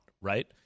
Right